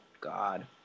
God